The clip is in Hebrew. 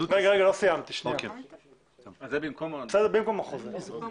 זה במקום החוזה.